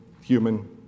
human